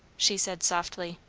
she said softly.